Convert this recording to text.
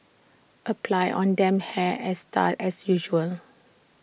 apply on damp hair as style as usual